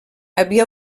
havia